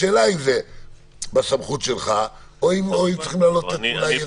השאלה היא אם זה בסמכות שלך או שצריכים להעלות את זה למעלה.